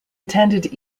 attended